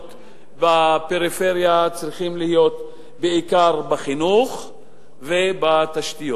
בפריפריה צריכות להיות בעיקר בחינוך ובתשתיות,